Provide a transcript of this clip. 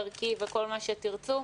ערכי וכל מה שתרצו,